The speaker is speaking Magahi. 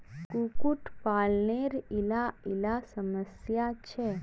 कुक्कुट पालानेर इला इला समस्या छे